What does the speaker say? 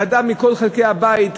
ועדה מכל חלקי הבית,